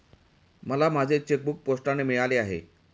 मला माझे चेकबूक पोस्टाने मिळाले आहे